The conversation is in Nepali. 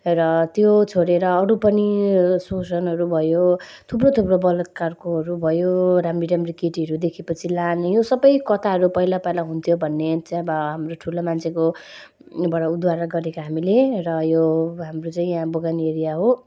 र त्यो छोडेर अरू पनि शोषणहरू भयो थुप्रो थुप्रो बलात्कारकोहरू भयो राम्री राम्री केटीहरू देखेपछि लाने यो सबै कथाहरू पहिला पहिला हुन्थ्यो भन्ने चाहिँ अब हाम्रो ठुलो मान्छेको बाट उद्वारा गरेको हामीले र यो हाम्रो चाहिँ यहाँ अब बगान एरिया हो